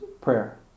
prayer